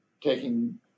taking